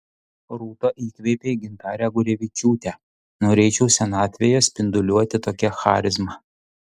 rūta įkvėpė gintarę gurevičiūtę norėčiau senatvėje spinduliuoti tokia charizma